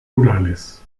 rurales